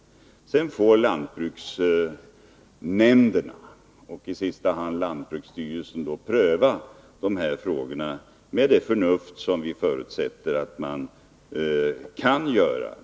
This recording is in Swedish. Sedan får lantbruksnämnderna, och i sista hand lantbruksstyrelsen, pröva dessa frågor på det förnuftiga sätt som vi förutsätter att man kan göra det.